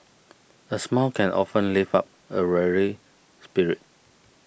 a smile can often lift up a weary spirit